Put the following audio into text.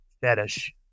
fetish